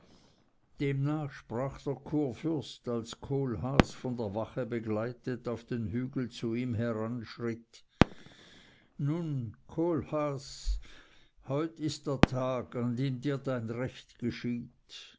demnach sprach der kurfürst als kohlhaas von der wache begleitet auf den hügel zu ihm heranschritt nun kohlhaas heut ist der tag an dem dir dein recht geschieht